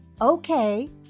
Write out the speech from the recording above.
Okay